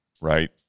right